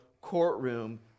courtroom